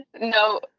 No